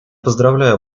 поздравляю